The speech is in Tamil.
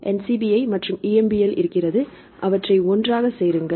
எனவே NCBI மற்றும் EMBL இருக்கிறது அவற்றை ஒன்றாக சேருங்கள்